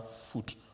foot